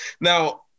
Now